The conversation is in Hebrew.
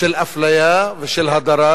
של אפליה ושל הדרה,